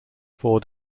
four